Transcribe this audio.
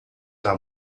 era